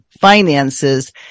finances